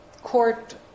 court